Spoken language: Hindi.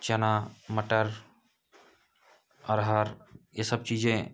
चना मटर अरहर यह सब चीज़ें